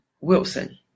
Wilson